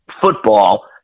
football